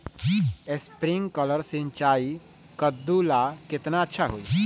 Sprinkler सिंचाई कददु ला केतना अच्छा होई?